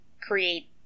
create